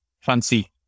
fancy